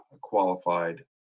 qualified